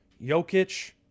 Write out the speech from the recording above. Jokic